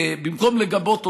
במקום לגבות אותו,